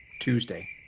Tuesday